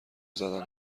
زدن